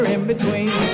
In-between